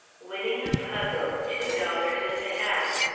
winning a puzzle two dollars and a half.